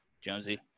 Jonesy